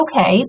okay